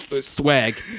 swag